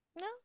No